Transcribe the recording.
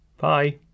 Bye